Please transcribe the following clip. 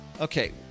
Okay